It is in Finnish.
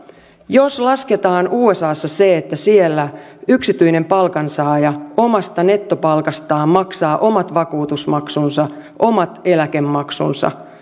jos lasketaan se että usassa yksityinen palkansaaja omasta nettopalkastaan maksaa omat vakuutusmaksunsa omat eläkemaksunsa